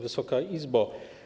Wysoka Izbo!